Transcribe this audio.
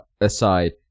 aside